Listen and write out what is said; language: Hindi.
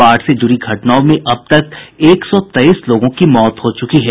बाढ़ से जुड़ी घटनाओं में अब तक एक सौ तेईस लोगों की मौत हो चुकी है